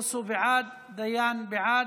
חבר הכנסת בוסו, בעד, חבר הכנסת דיין, בעד,